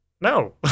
no